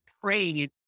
praying